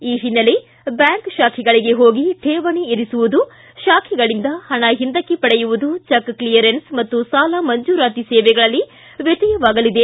ಈ ಹಿನ್ನೆಲೆ ಬ್ಬಾಂಕ್ ಶಾಖೆಗಳಿಗೆ ಹೋಗಿ ಶೇವಣಿ ಇರಿಸುವುದು ಶಾಖೆಗಳಿಂದ ಪಣಿ ಹಿಂದಕ್ಕೆ ಪಡೆಯುವುದು ಚೆಕ್ ಕ್ಲಿಯರೆನ್ಸ್ ಮತ್ತು ಸಾಲ ಮಂಜೂರಾತಿ ಸೇವೆಗಳಲ್ಲಿ ವ್ಯತ್ಯಯ ಆಗಲಿದೆ